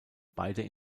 beide